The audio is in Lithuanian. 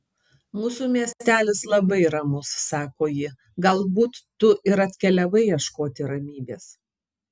mūsų miestelis labai ramus sako ji galbūt tu ir atkeliavai ieškoti ramybės